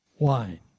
Wine